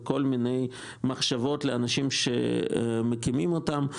וכל מיני מחשבות לאנשים שמקימים אותם.